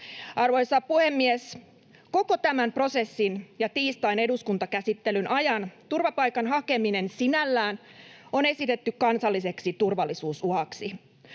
Arvoisa puhemies! Koko tämän prosessin ja tiistain eduskuntakäsittelyn ajan turvapaikan hakeminen sinällään on esitetty kansalliseksi turvallisuusuhaksi.